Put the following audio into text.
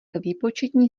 výpočetní